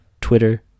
Twitter